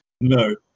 No